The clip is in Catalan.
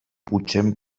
pugem